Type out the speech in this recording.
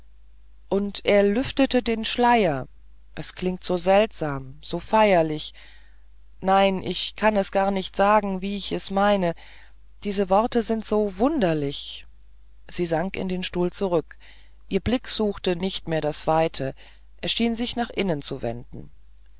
und er lüftete den schleier es klingt so seltsam so feierlich nein ich kann es gar nicht sagen wie ich es meine wie diese worte so wunderlich sie sank in den stuhl zurück ihr blick suchte nicht mehr das weite er schien sich nach innen zu wenden